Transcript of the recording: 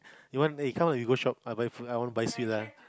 you want eh come ah we go shop I buy food I want buy sweet lah